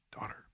daughter